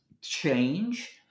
change